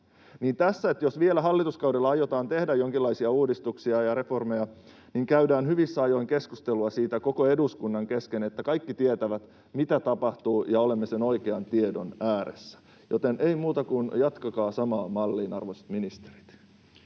tässä vielä hallituskaudella aiotaan tehdä jonkinlaisia uudistuksia ja reformeja, käydään hyvissä ajoin keskustelua siitä koko eduskunnan kesken, jotta kaikki tietävät mitä tapahtuu ja olemme sen oikean tiedon ääressä. Joten ei muuta kuin jatkakaa samaan malliin, arvoisat ministerit.